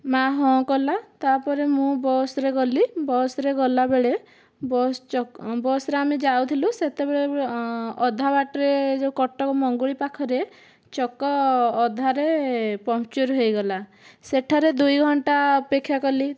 ମା' ହଁ କଲା ତାପରେ ମୁଁ ବସରେ ଗଲି ବସ୍ ରେ ଗଲାବେଳେ ବସ୍ ଚକ ବସ୍ ରେ ଆମେ ଯାଉଥିଲୁ ସେତେବେଳେ ଅଧା ବାଟରେ ଯେଉଁ କଟକ ମଙ୍ଗୁଳି ପାଖରେ ଚକ ଅଧାରେ ପଙ୍କ୍ଚର ହୋଇଗଲା ସେଠାରେ ଦୁଇ ଘଣ୍ଟା ଅପେକ୍ଷା କଲି